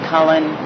Cullen